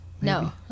No